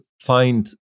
find